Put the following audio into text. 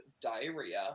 diarrhea